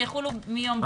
הם יחולו מיום ב'.